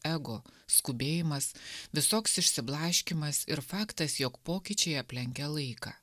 ego skubėjimas visoks išsiblaškymas ir faktas jog pokyčiai aplenkia laiką